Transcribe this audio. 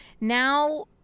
now